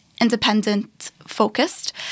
independent-focused